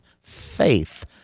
faith